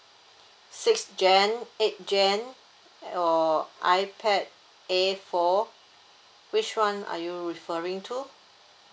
six gen eight gen or ipad air four which one are you referring to